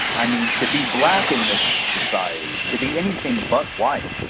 i mean, to be black in this society, to be anything but white,